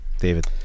David